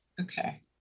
Okay